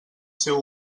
seu